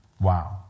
Wow